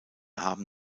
haben